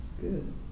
good